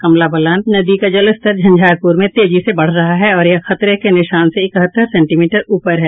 कमला बलान नदी का जलस्तर झंझारपुर में तेजी से बढ़ रहा है और यह खतरे के निशान से इकहत्तर सेंटीमीटर ऊपर है